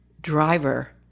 driver